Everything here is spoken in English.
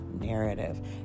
narrative